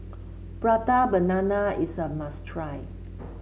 Prata Banana is a must try